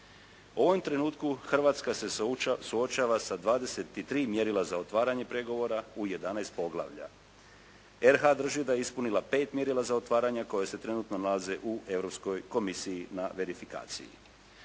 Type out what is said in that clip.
ovom trenutku Hrvatska se suočava sa 23 mjerila za otvaranje pregovora u 11. poglavlja. RH-a drži da je ispunila 5 mjerila za otvaranja koja se trenutno nalaze u Europskoj komisiji na verifikaciji.